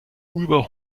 über